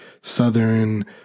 Southern